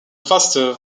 faster